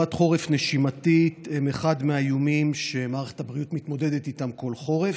ותחלואת חורף נשימתית הן מהאיומים שמערכת בריאות מתמודדת איתם כל חורף,